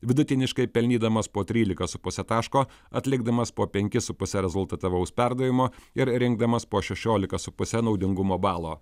vidutiniškai pelnydamas po tryliką su puse taško atlikdamas po penkis su puse rezultatyvaus perdavimo ir rinkdamas po šešioliką su puse naudingumo balo